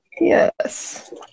yes